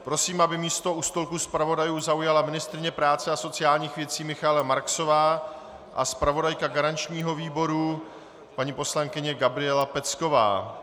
Prosím, aby místo u stolku zpravodajů zaujala ministryně práce a sociálních věcí Michaela Marksová a zpravodajka garančního výboru paní poslankyně Gabriela Pecková.